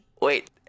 Wait